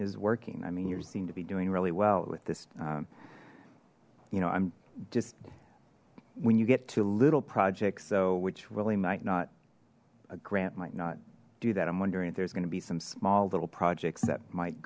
is working i mean you seem to be doing really well with this you know i'm just when you get to little projects so which really might not a grant might not do that i'm wondering if there's going to be some small little projects that might